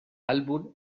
álbum